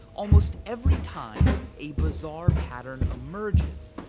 almost every time a bizarre pattern emerges.